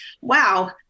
wow